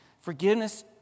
forgiveness